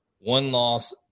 one-loss